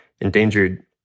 endangered